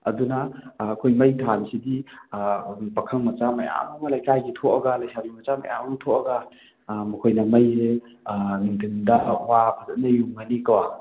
ꯑꯗꯨꯅ ꯑꯩꯈꯣꯏ ꯃꯩ ꯊꯥꯜꯂꯤꯁꯤꯗꯤ ꯄꯥꯈꯪ ꯃꯆꯥ ꯃꯌꯥꯝ ꯑꯃ ꯂꯩꯀꯥꯏꯒꯤ ꯊꯣꯛꯂꯒ ꯂꯩꯁꯥꯕꯤ ꯃꯆꯥ ꯃꯌꯥꯝ ꯊꯣꯛꯂꯒ ꯃꯈꯣꯏꯅ ꯃꯩꯁꯦ ꯅꯨꯡꯊꯤꯟꯗ ꯋꯥ ꯐꯖꯟꯅ ꯌꯨꯡꯉꯅꯤꯀꯣ